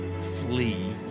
flee